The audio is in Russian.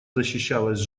защищалась